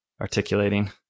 articulating